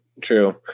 True